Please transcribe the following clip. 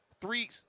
three